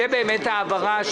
זו העברה.